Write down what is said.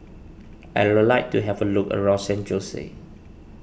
I would like to have a look around San Jose